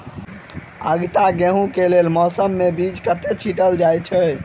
आगिता गेंहूँ कऽ लेल केँ मौसम मे बीज छिटल जाइत अछि?